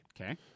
Okay